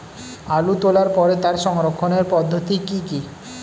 আলু তোলার পরে তার সংরক্ষণের পদ্ধতি কি কি?